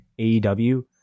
AEW